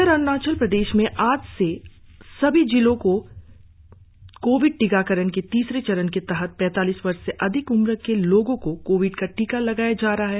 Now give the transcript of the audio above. इधर अरुणाचल प्रदेश में आज से सभी जिलो में कोविड टीकाकरण के तीसरे चरण के तहत पैतालीस वर्ष से अधिक उम्र के लोंगो को कोविड का टीका लगाया जा रहा है